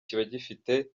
cy’umwimerere